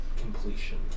completion